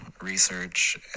research